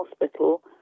hospital